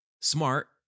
smart